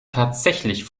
tatsächlich